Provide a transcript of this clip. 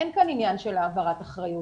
אין כאן עניין של העברת אחריות.